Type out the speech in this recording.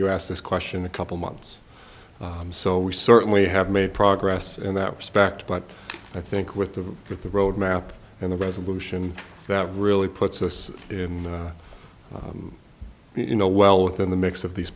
us this question a couple months so we certainly have made progress in that respect but i think with the with the roadmap and the resolution that really puts us in you know well within the mix of these